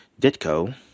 Ditko